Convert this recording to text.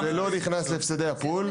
נכנס להפסדי הפול.